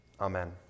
Amen